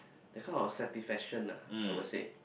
that kind of satisfaction lah I would said